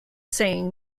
saying